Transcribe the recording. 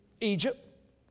Egypt